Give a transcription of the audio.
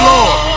Lord